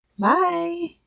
bye